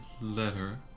letter